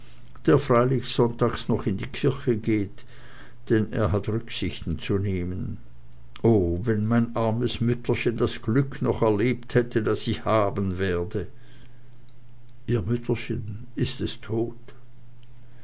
der freilich des sonntags noch in die kirche geht denn er hat rücksichten zu nehmen oh wenn mein armes mütterchen das glück noch erlebt hätte das ich haben werde ihr mütterchen ist es tot